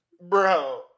Bro